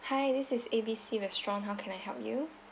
hi this is A B C restaurant how can I help you